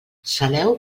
saleu